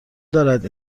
دارد